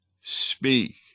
speak